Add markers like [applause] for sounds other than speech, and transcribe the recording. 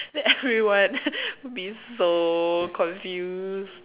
then everyone [laughs] will be so confused